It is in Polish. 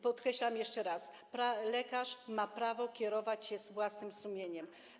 Podkreślam jeszcze raz: lekarz ma prawo kierować się własnym sumieniem.